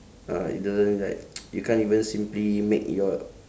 uh I don't like you can't even simply make your